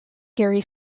gary